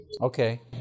Okay